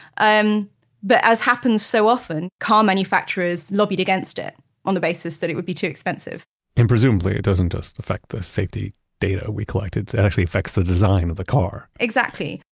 um but, as happens so often, car manufacturers lobbied against it on the basis that it would be too expensive and, presumably, it doesn't just affect the safety data we collect. it actually affects the design of the car exactly.